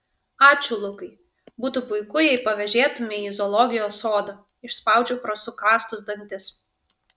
ačiū lukai būtų puiku jei pavėžėtumei į zoologijos sodą išspaudžiau pro sukąstus dantis